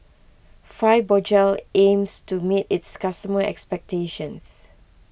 Fibogel aims to meet its customer expectations